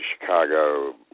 Chicago